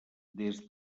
des